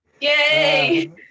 Yay